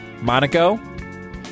monaco